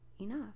enough